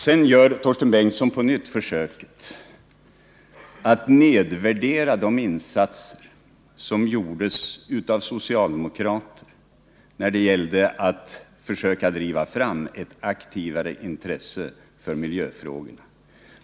Sedan försöker Torsten Bengtson på nytt att nedvärdera de insatser som gjordes av socialdemokrater när det gällde att försöka driva fram ett aktivare intresse för miljöfrågorna.